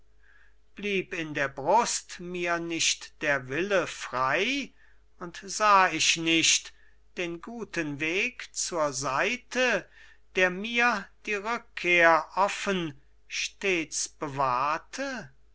blieb in der brust mir nicht der wille frei und sah ich nicht den guten weg zur seite der mir die rückkehr offen stets bewahrte